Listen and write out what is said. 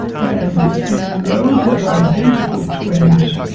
and in those that are identical twins,